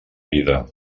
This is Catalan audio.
vida